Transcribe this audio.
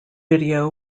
video